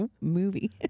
Movie